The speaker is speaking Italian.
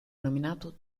nominato